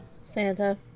Santa